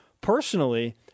personally